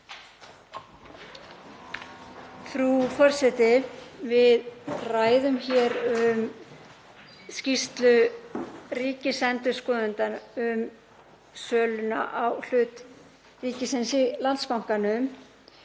Frú forseti. Við ræðum hér um skýrslu ríkisendurskoðanda um söluna á hlut ríkisins í Landsbankanum.